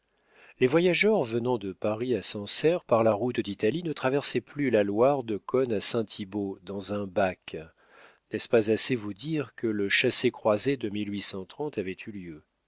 les voyageurs venant de paris à sancerre par la route d'italie ne traversaient plus la loire de cosne à saint thibault dans un bac n'est-ce pas assez vous dire que le chassez-croisez de avait eu lieu